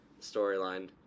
storyline